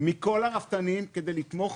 מכל הרפתנים כדי לתמוך